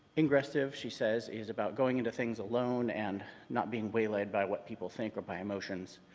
ingressive, she says, is about going into things alone and not being waylaid by what people think or by emotions,